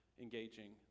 engaging